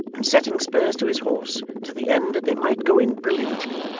and setting spurs to his horse, to the end that they might go in brilliantly,